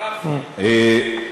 אין בעיה.